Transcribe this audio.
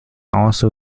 also